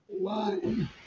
line